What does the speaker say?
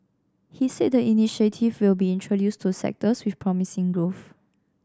he said the initiative will be introduced to sectors with promising growth